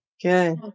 Good